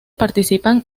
participan